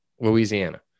Louisiana